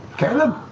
caleb.